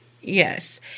Yes